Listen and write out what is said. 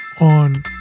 on